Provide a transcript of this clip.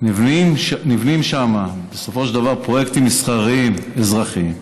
ונבנים שם בסופו של דבר פרויקטים מסחריים אזרחיים.